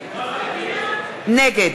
נגד מנחם אליעזר מוזס, נגד